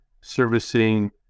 servicing